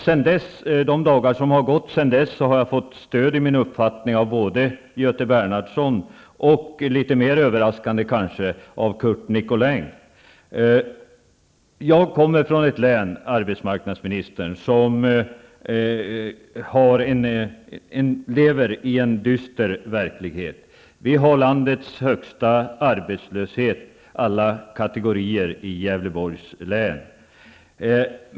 Under de dagar som har gått sedan dess har jag fått stöd i min uppfattning av Göte Jag kommer från ett län, arbetsmarknadsministern, som lever i en dyster verklighet. Vi har i Gävleborgs län landets högsta arbetslöshet alla kategorier.